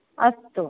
अस्तु